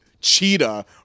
cheetah